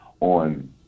on